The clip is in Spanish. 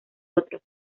otros